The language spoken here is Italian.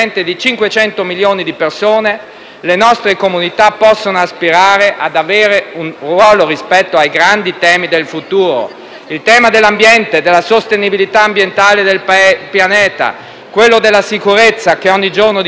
le nostre comunità possono aspirare ad avere un ruolo rispetto ai grandi temi del futuro: il tema dell'ambiente e della sostenibilità ambientale del Pianeta; quello della sicurezza, che ogni giorno di più si intende come *cyber security*;